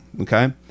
okay